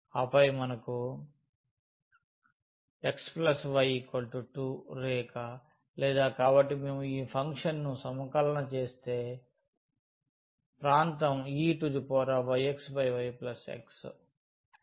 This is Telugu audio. ఆపై మనకు x y 2 రేఖ లేదా కాబట్టి మేము ఈ ఫంక్షన్ను సమకలనచేసే ప్రాంతం e yxy x